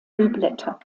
hüllblätter